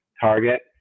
target